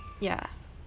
ya